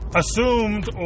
assumed